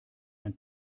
ein